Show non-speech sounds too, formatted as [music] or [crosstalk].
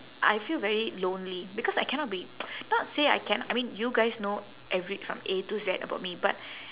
I feel very lonely because I cannot be [noise] not say I can~ I mean you guys know every~ from A to Z about me but